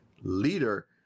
leader